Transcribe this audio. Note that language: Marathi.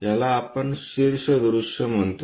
याला आपण शीर्ष दृश्य म्हणतो